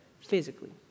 physically